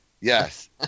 Yes